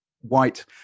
white